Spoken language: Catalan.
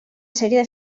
sèrie